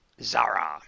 Zara